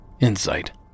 insight